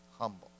Humble